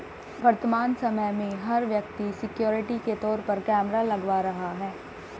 वर्तमान समय में, हर व्यक्ति सिक्योरिटी के तौर पर कैमरा लगवा रहा है